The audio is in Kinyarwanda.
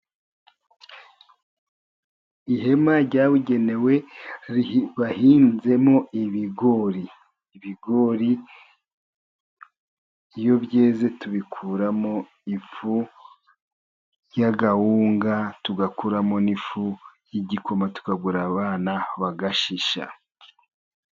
Ihema ryabugenewe bahinzemo ibigori, ibigori iyo byeze tubikuramo ifu y'agahunga, tugakuramo n'ifu y'igikoma, tukagaburira abana bagashisha.